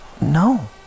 No